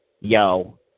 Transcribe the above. Yo